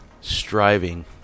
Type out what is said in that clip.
striving